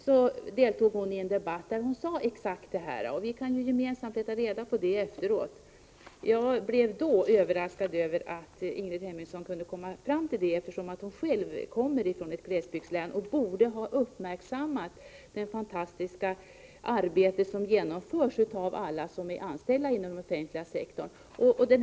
Hon deltog då i en debatt där hon sade exakt så som jag har återgivit. Vi kan ju gemensamt leta reda på det yttrandet sedan. Jag blev då överraskad över att Ingrid Hemmingsson kunde säga någonting sådant, eftersom hon själv kommer från ett glesbygdslän och borde ha uppmärksammat det fantastiska arbete som utförs av alla som är anställda inom den offentliga sektorn.